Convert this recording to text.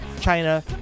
China